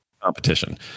competition